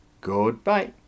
Goodbye